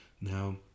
Now